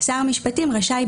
שר המשפטים רשאי,